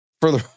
further